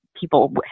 People